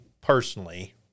personally